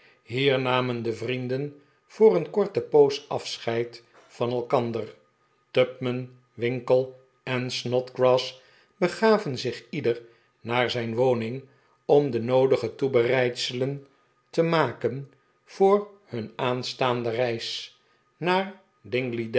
hier namen de vrienden voor een korte poos afscheid van elkander tupman winkle en snodgrass begaven zich ieder naar zijn woning om de noodige toebereidselen te maken voor hun aanstaande reis naar